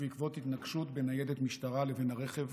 ובעקבות התנגשות בין ניידת משטרה לבין הרכב